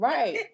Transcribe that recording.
Right